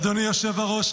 אדוני היושב-ראש,